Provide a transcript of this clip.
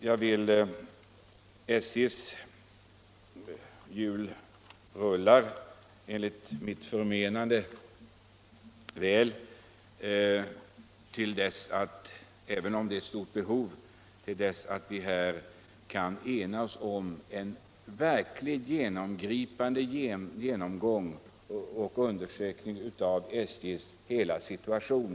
Även om behoven är stora rullar SJ:s hjul enligt mitt förmenande bra till dess att vi kan enas om en grundlig genomgång och undersökning av SJ:s hela situation.